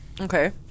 Okay